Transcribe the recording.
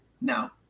No